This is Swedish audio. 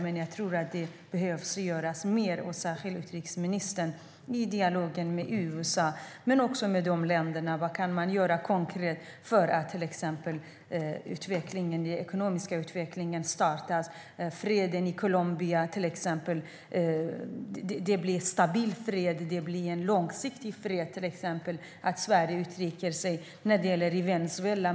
Men jag tror att det behöver göras mer, särskilt av utrikesministern, i dialogen med USA men också med de länderna. Vad kan man göra konkret till exempel för att få igång den ekonomiska utvecklingen och för att se till att det blir en stabil och långsiktig fred i Colombia? Sverige kan också uttrycka sig när det gäller Venezuela.